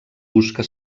busca